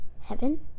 Heaven